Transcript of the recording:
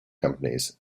companies